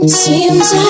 seems